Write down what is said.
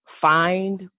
find